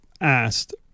asked